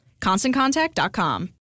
ConstantContact.com